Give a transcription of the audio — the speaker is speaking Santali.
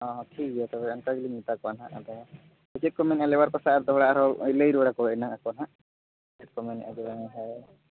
ᱚ ᱴᱷᱤᱠ ᱜᱮᱭᱟ ᱛᱚᱵᱮ ᱚᱱᱠᱟ ᱜᱮᱞᱤᱧ ᱢᱮᱛᱟ ᱠᱚᱣᱟ ᱦᱟᱸᱜ ᱟᱫᱚ ᱪᱮᱫ ᱠᱚ ᱢᱮᱱᱮᱫᱼᱟ ᱞᱮᱵᱟᱨ ᱠᱚᱥᱮ ᱟᱨ ᱫᱚᱲᱦᱟ ᱟᱨᱦᱚᱸ ᱞᱟᱹᱭ ᱨᱩᱣᱟᱹᱲ ᱟᱠᱚ ᱪᱮᱫ ᱠᱚ ᱢᱮᱱᱮᱫᱼᱟ ᱥᱮ ᱵᱟᱝ ᱦᱟᱸᱜ